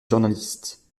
journaliste